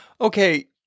okay